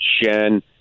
Shen